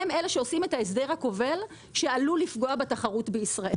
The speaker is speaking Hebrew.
הם אלה שעושים את ההסדר הכובל שעלול לפגוע בתחרות בישראל.